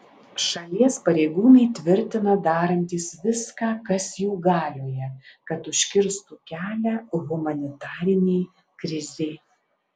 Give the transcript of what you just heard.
šalies pareigūnai tvirtina darantys viską kas jų galioje kad užkirstų kelią humanitarinei krizei